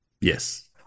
Yes